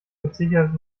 verzichtet